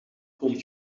kon